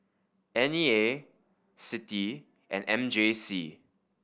N E A CITI and M J C